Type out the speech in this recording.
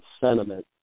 sentiment